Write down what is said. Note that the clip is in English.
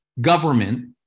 government